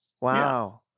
Wow